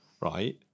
right